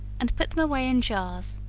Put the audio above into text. and put them away in jars.